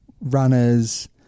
runners